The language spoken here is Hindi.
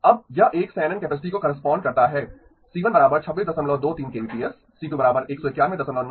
अब यह एक शैनन कैपेसिटी को करेस्पांड करता है C12623 kbps C219194 kbps C325155 kbps